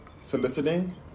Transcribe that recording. soliciting